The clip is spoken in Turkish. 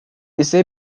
ise